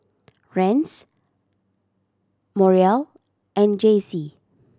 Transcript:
Rance Muriel and Jacey